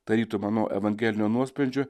tarytum ano evangelinio nuosprendžio